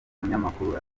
umunyamakuru